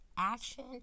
action